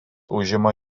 užima